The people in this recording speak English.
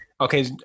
okay